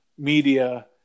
Media